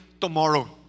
tomorrow